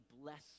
bless